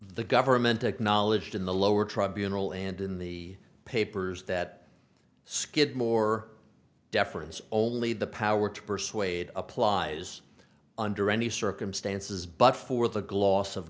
the government acknowledged in the lower tribunals and in the papers that skidmore deference only the power to persuade applies under any circumstances but for the gloss of